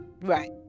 Right